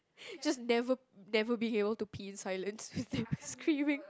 just never never be able to pee in silence they'll be screaming